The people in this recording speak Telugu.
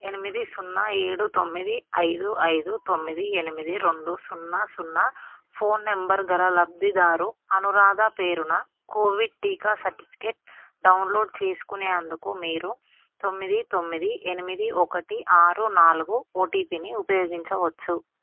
ఎనిమిది సున్నా ఏడు తొమ్మిది ఐదు ఐదు తొమ్మిది ఎనిమిది రెండు సున్నా సున్నా ఫోన్ నంబర్ గల లబ్ధిదారు అనురాధ పేరున కోవిడ్ టీకా సర్టిఫికేట్ డౌన్లోడ్ చేసుకునే అందుకు మీరు తొమ్మిది తొమ్మిది ఎనిమిది ఒకటి ఆరు నాలుగు ఓటీపీని ఉపయోగించవచ్చు